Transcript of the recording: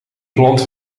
plant